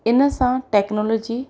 इन सां टेक्नोलॉजी